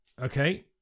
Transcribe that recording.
Okay